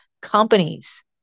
companies